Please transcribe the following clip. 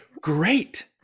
great